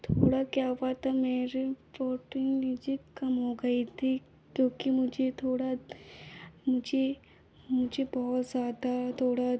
थोड़ा क्या हुआ था मेरे फ़ोटीन विजिट कम हो गई थी क्योंकि मुझे थोड़ा मुझे मुझे बहुत ज़्यादा थोड़ा